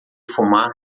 fumar